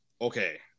okay